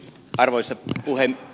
äänestää kokoomusta